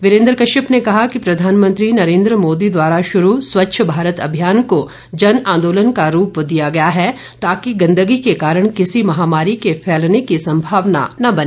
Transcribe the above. वीरेंद्र कश्यप ने कहा कि प्रधानमंत्री नरेंद्र मोदी द्वारा शुरू स्वच्छ भारत अभियान को जन आंदोलन का रूप दिया गया है ताकि गंदगी के कारण किसी महामारी के फैलने की संभावना न बने